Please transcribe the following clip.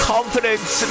Confidence